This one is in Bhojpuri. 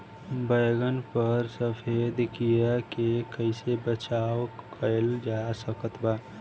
बैगन पर सफेद कीड़ा से कैसे बचाव कैल जा सकत बा?